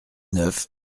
neuf